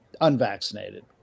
unvaccinated